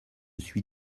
suis